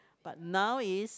now is